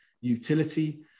utility